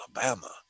Alabama